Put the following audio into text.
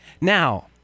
Now